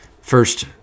First